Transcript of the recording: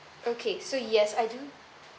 okay so yes I do